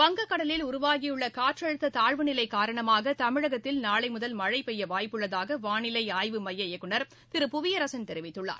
வங்கக்கடலில் உருவாகியுள்ள காற்றழுத்த தாழ்வு நிலை காரணமாக தமிழகத்தில் நாளை முதல் மழை பெய்ய வாய்ப்புள்ளதாக வாளிலை ஆய்வு மைய இயக்குநர் திரு புவியரசன் தெரிவித்துள்ளார்